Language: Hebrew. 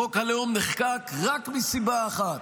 חוק הלאום נחקק רק מסיבה אחת,